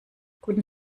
guten